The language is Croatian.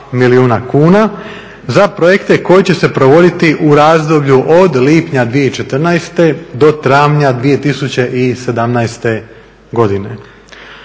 za projekte koji će se provoditi u razdoblju od lipnja 2014. do travnja 2017. godine.